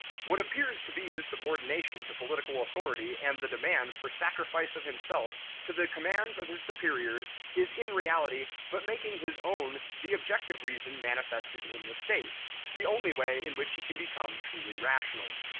what appears to be his subordination to political authority and the demand for sacrifice of himself to the commands of his superiors is in reality but making his own the objective reason manifested in the state the only way in which he can become truly rational.